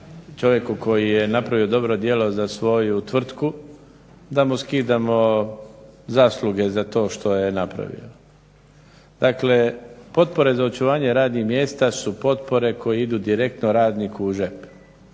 čovjeku koji je napravio dobro djelo za svoju tvrtku da mu skidamo zasluge za to što je napravio. Dakle, potpore za očuvanje radnih mjesta su potpore koje idu direktno radniku u džep.